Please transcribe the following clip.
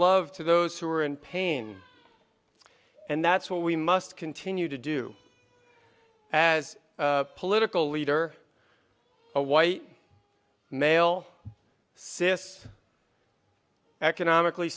love to those who are in pain and that's what we must continue to do as a political leader a white male cis economically